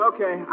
Okay